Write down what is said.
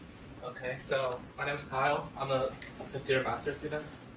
ok. so my name is kyle. i'm a master's students.